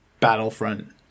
battlefront